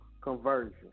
conversion